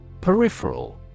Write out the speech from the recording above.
Peripheral